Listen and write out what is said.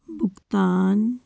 ਭੁਗਤਾਨ